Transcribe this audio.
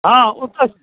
हँ ओत्तहु